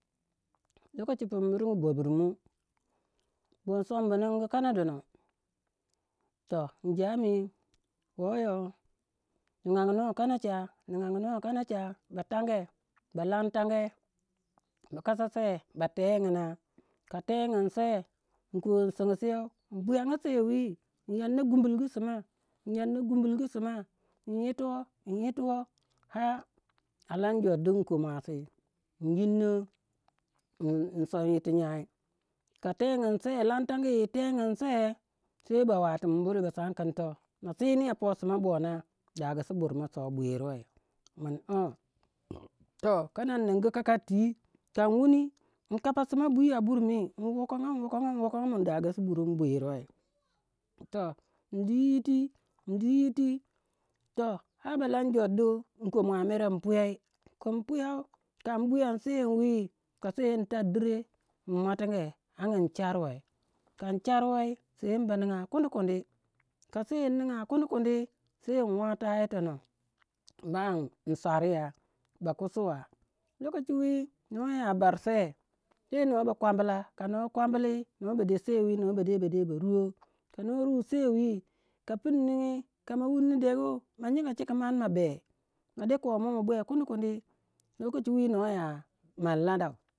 yoko chika in miringu borbirmu boh, in sombu ningu kana dono toh injami woya ningagnuwei kanacha ningagnuwei kanachaba, tonge ba lantage ba kasa sei ba teguna ka tegyin se in kou in singusei buyanga sei wi in yanna gumulgu sima in yito in yito ar alan jor du in kou muasi in yinno in son yir tu nyai ka tegyin sei lantangi, tegyin sei ba watin buri ba sangi kin to ma siniyah poh sima bo na da gwasi burmo sor bwiruwe. Min toh kana in ningu kakari twi kan wuni in kapa sima bwi a burmi in wakonga in wokonga in da gwasi burun bwiruwei toh in dwi yiti in dwi yiti toh har ba lan jor du in kou ma mere in puyou, kin puyou kan buyani sei wi ka sei mi tar dire nmuatige in ang charwe ka in charwei sei mi ba ninga kundi kundi ka sei mi ninga kundi kundi sei in wata yitonoh, ba in swarya ba kusuwa lokachi wi noh ya bar sei, sei noh ba kwamla ka noh kwambli noh ba de sei wi noh ba de ba ruwo, ka noh rui sei wi ka pun ningi kama wuni degu ma nyinga chi ka man ma be ma de kowe moh ma be kundi kundi. Lokochi wi noh ya man ladau.